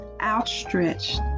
outstretched